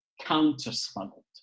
counter-smuggled